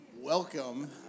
Welcome